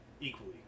equally